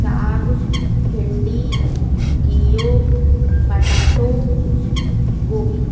साॻु भिंडी गीहो पटाटो गोभी